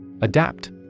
Adapt